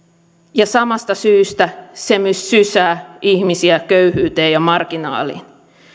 ja samasta syystä se myös sysää ihmisiä köyhyyteen ja marginaaliin